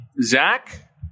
Zach